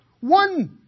one